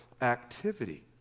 activity